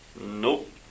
Nope